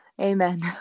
Amen